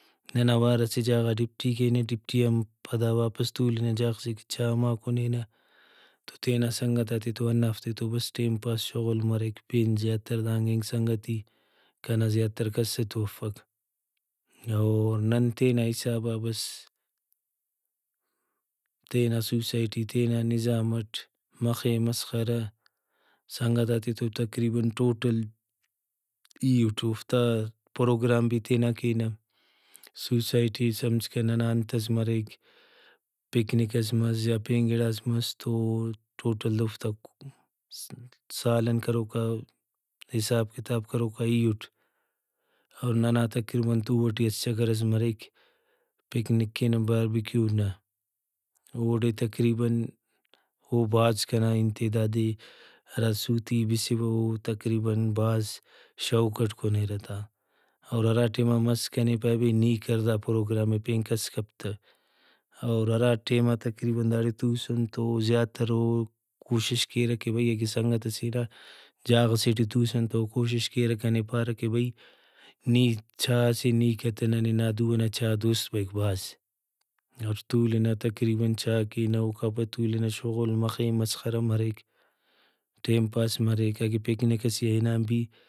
ننا اوار اسہ جاگہ غا ڈیوٹی کینہ ڈیوٹی آن پدا واپس تولنہ جاگہ سے کہ چاء ما کُنینہ تو تینا سنگتاتے تو ہندافتے تو بس ٹائم پاس شُغل مریک پین زیاتر دانگ اینگ سنگتی کنا زیاتر کس تو افک۔ او نن تینا حسابا بس تینا سوسائٹی تینا نظام اٹ مخے مسخرہ سنگتاتے تو تقریباً ٹوٹل ای اُٹ اوفتا پروگرام بھی تینا کینہ سوسائٹی سمجھکہ ننا انتس مریک پکنک ئس مس یا پین گڑاس مس تو ٹوٹل اوفتا سالن کروکا حساب کتاب کروکا ای اُٹ۔ اور ننا تقریباً تُو ئٹی اسہ چکر ئس مریک پکنک کینہ باربی کیو نا اوڑے تقریباً او بھاز کنا انتے دادے ہرا سُوتے ای بسوہ تقریباً بھاز شوق اٹ کنیرہ تہ اور ہرا ٹائما مس کنے پائے بھئی نی کر دا پروگرامے پین کس کپ تہ اور ہرا ٹائما تقریباً داڑےتوسن تو زیاتر او کوشش کیرہ کہ بھئی اگہ سنگت سے نا جاگہ سے ٹی توسن تو او کوشش کیرہ کنے پارہ کہ بھئی نی چاء سے نی کتہ ننے نا دُو ئنا چاء دوست بریک بھاز اور تولنہ تقربیاً چاء کینہ اوکا پد تولنہ شغل مخے مسخرہ مریک ٹائم پاس مریک اگہ پکنک سے آ ہنان بھی